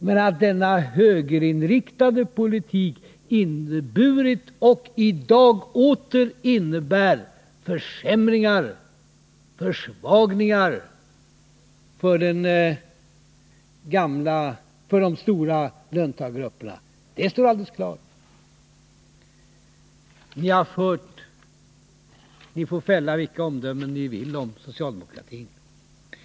Men att denna högerinriktade politik inneburit och i dag åter innebär försämringar, försvagningar för de stora löntagargrupperna, står alldeles klart. Ni får fälla vilka omdömen ni vill om socialdemokratin.